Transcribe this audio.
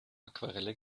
aquarelle